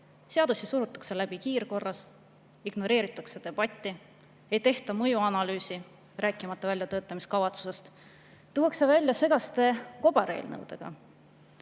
Seadusi surutakse läbi kiirkorras, ignoreeritakse debatti, ei tehta mõjuanalüüsi, rääkimata väljatöötamiskavatsusest, tullakse välja segaste kobareelnõudega.